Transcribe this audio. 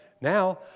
now